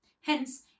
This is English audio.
Hence